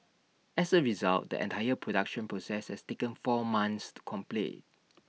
as A result the entire production process has taken four months to complete